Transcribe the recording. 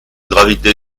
gravité